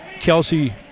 Kelsey